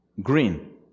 green